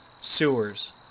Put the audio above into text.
Sewers